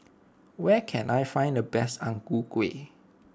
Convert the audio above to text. where can I find the best Ang Ku Kueh